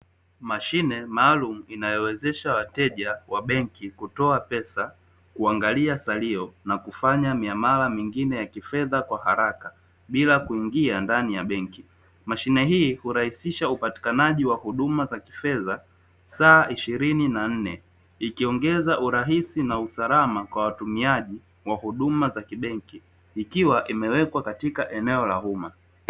Mashine maalumu, inayowezesha wateja wa benki kutoa pesa, kuangalia salio na kufanya miamala mingine ya kifedha kwa haraka bila kuingia ndani ya benki. Mashine hii hurahisisha upatikanaji wa huduma za kifedha masaa ishirini na nne, ikiongeza urahisi na usalama kwa watumiaji wa huduma za kibenki, ikiwa imewekwa katika eneo la umma.